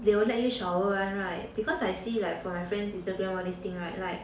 they won't let you shower [one] [right] because I see like from my friend's instagram all this thing [right] like